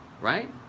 right